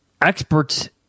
experts